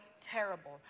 terrible